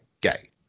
gay